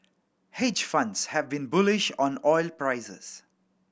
hedge funds have been bullish on oil prices